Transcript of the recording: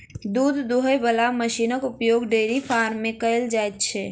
दूध दूहय बला मशीनक उपयोग डेयरी फार्म मे कयल जाइत छै